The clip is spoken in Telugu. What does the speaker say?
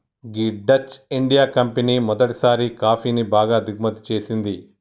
గీ డచ్ ఇండియా కంపెనీ మొదటిసారి కాఫీని బాగా దిగుమతి చేసింది